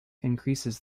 increases